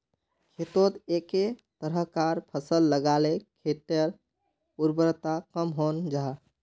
खेतोत एके तरह्कार फसल लगाले खेटर उर्वरता कम हन जाहा